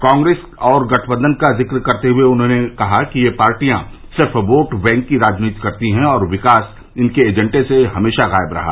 कांग्रेस और गठबंधन का जिक्र करते हये उन्होंने कहा कि यह पार्टियां सिर्फ़ वोट बैंक की राजनीति करती रही हैं और विकास इनके एजेंडे से हमेशा गायब रहा